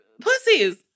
pussies